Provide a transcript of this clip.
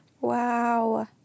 Wow